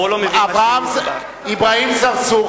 אברהים צרצור,